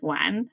one